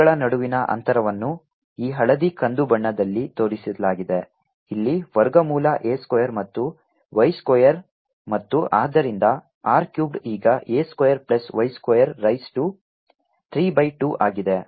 ಚಾರ್ಜ್ಗಳ ನಡುವಿನ ಅಂತರವನ್ನು ಈ ಹಳದಿ ಕಂದು ಬಣ್ಣದಲ್ಲಿ ತೋರಿಸಲಾಗಿದೆ ಇಲ್ಲಿ ವರ್ಗಮೂಲ a ಸ್ಕ್ವೇರ್ ಮತ್ತು y ಸ್ಕ್ವೇರ್ ಮತ್ತು ಆದ್ದರಿಂದ r ಕ್ಯುಬೆಡ್ ಈಗ a square plus y square raise to 3 by 2 ಆಗಿದೆ